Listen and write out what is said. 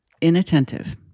Inattentive